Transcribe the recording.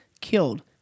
killed